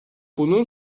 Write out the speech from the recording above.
bunun